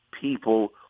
people